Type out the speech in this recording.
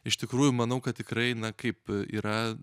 iš tikrųjų manau kad tikrai na kaip yra